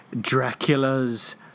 Dracula's